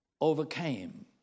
overcame